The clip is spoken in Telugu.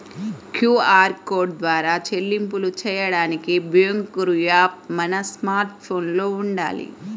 క్యూఆర్ కోడ్ ద్వారా చెల్లింపులు చెయ్యడానికి బ్యేంకు యాప్ మన స్మార్ట్ ఫోన్లో వుండాలి